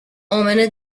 امنه